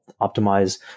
optimize